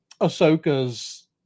Ahsoka's